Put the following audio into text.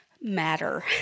matter